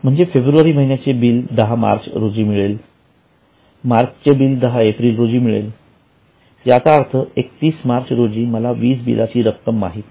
म्हणजे फेब्रुवारी महिन्याचे बिल 10 मार्च रोजी मिळते मार्च चे बी 10 एप्रिल रोजी मिळेल याचा अर्थ 31 मार्च रोजी मला वीज बिलाची रक्कम माहित नाही